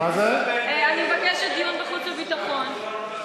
אני מבקשת דיון בחוץ וביטחון.